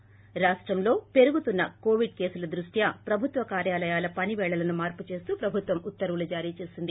ి రాష్టంలో పెరుగుతున్న కోవిడ్ కేసుల దృష్ట్యో ప్రభుత్వ కార్యాలయాల పని పేళలను మార్పు చేస్తూ ప్రభుత్వం ఉత్తర్వులు జారీ చేసింది